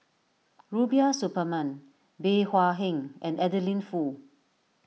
Rubiah Suparman Bey Hua Heng and Adeline Foo